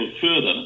further